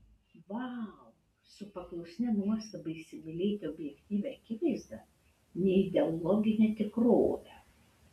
vau su paklusnia nuostaba įsimylėti objektyvią akivaizdą neideologinę tikrovę